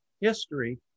history